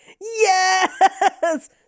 yes